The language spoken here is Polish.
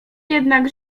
jednak